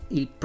il